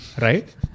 Right